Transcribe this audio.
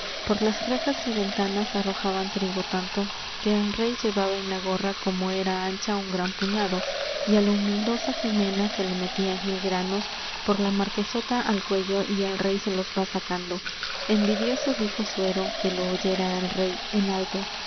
por las rejas y ventanas arrojaban trigo tanto que el rey llevaba en la gorra como era ancha un gran puñado y á la humildosa jimena se le metían mil granos por la marquesota al cuello y el rey se los va sacando envidioso dijo suero que lo oyera el rey en alto